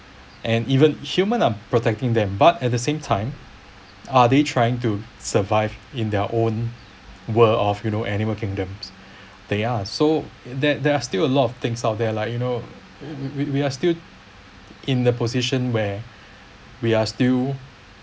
and even human are protecting them but at the same time are they trying to survive in their own world of you know animal kingdoms they are so that there are still a lot of things out there like you know we we we are still in the position where we are still